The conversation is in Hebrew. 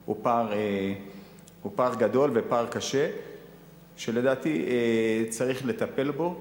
הוא פער גדול ופער קשה שלדעתי צריך לטפל בו.